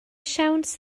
siawns